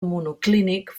monoclínic